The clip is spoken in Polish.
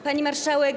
Pani Marszałek!